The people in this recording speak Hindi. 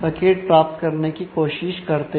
प्राप्त करने की कोशिश करते हैं